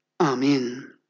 Amen